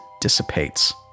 dissipates